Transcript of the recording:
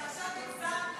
עכשיו הפסדת.